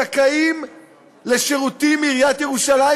זכאים לשירותים מעיריית ירושלים,